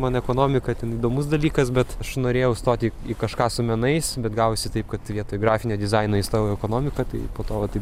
man ekonomika ten įdomus dalykas bet aš norėjau stoti į kažką su menais bet gavosi taip kad vietoj grafinio dizaino įstojau į ekonomiąa tai po to va taip